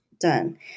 Done